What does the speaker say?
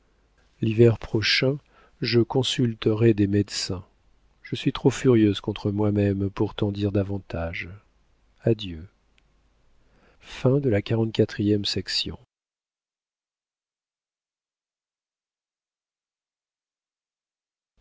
l'hiver prochain je consulterai des médecins je suis trop furieuse contre moi-même pour t'en dire davantage adieu